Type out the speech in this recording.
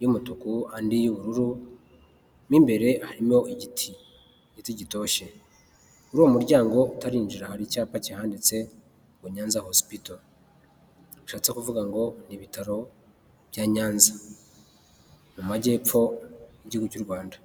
y'umutuku, andi y'ubururu, mo imbere harimo igiti, igiti gitoshye. Muri uwo muryango utarinjira hari icyapa kihanditse ngo "Nyanza hosipito." Bishatse kuvuga ngo ni ibitaro bya Nyanza, mu majyepfo y'igihugu cy'u Rwanda.